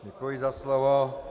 Děkuji za slovo.